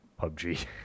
PUBG